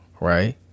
right